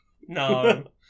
No